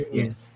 yes